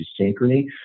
synchrony